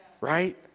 Right